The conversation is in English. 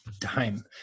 Time